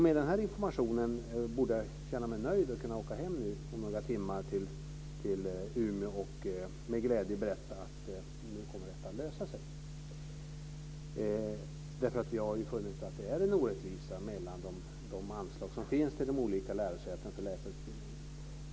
Med den här informationen borde jag känna mig nöjd och kunna åka hem till Umeå om några timmar och med glädje berätta att nu kommer detta att lösa sig, därför att vi har ju funnit att det är en orättvisa mellan de anslag som finns till de olika lärosätena för läkarutbildning.